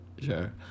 Sure